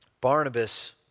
Barnabas